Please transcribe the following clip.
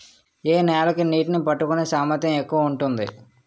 ఏ నేల కి నీటినీ పట్టుకునే సామర్థ్యం ఎక్కువ ఉంటుంది?